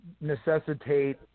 Necessitate